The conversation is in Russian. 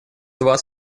два